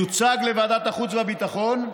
יוצג לוועדת החוץ והביטחון,